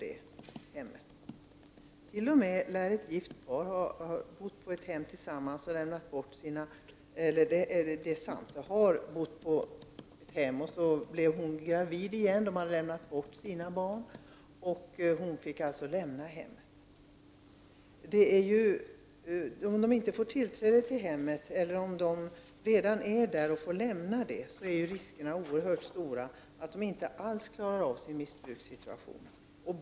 Ett gift par bodde tillsammans på ett hem. De hade lämnat bort sina barn. När kvinnan blev gravid på nytt fick hon lämna hemmet. Om gravida kvinnor inte får tillträde till behandlingshem eller om de blir tvungna att lämna ett hem, om de redan befinner sig där, är riskerna oerhört stora för att de inte alls klarar av sin missbrukarsituation.